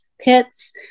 Pits